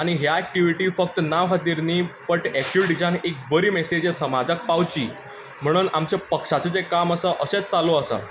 आनी ह्या एक्टिविटी फक्त नांव खातीर न्ही बट एक्टिविटींतल्यान एक बरी मेसेज समाजाक पावची म्हणून आमचें पक्षाचें जें काम आसा अशेंच चालू आसा